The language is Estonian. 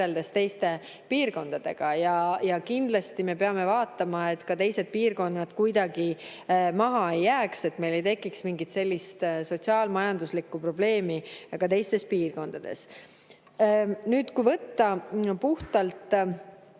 teiste piirkondadega nii palju tuge. Kindlasti me peame vaatama, et ka teised piirkonnad kuidagi maha ei jääks ja et meil ei tekiks sellist sotsiaal-majanduslikku probleemi ka teistes piirkondades. Kui võtta puhtalt